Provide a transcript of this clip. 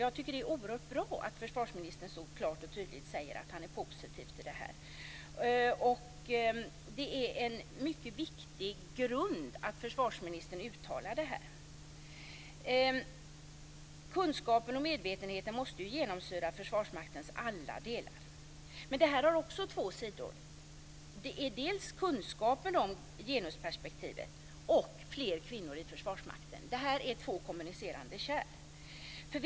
Jag tycker att det är oerhört bra att försvarsministern så klart och tydligt säger att han är positiv till det här. Detta uttalande från försvarsministern är en mycket viktig grund. Kunskapen och medvetenheten måste genomsyra Försvarsmaktens alla delar. Det här har också två sidor. Det gäller dels kunskapen om genusperspektivet, dels fler kvinnor i Försvarsmakten. Det är två kommunicerande kärl.